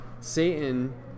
Satan